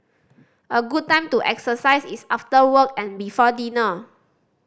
a good time to exercise is after work and before dinner